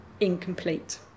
incomplete